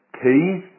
keys